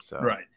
Right